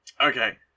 okay